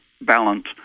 balance